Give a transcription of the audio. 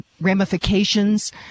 ramifications